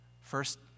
First